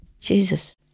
Jesus